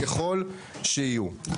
ככל שיהיו,